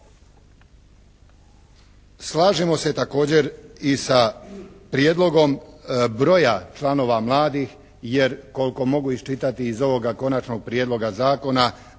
Slažemo se također i sa prijedlogom broja članova mladih jer koliko mogu iščitati iz ovoga konačnog prijedloga zakona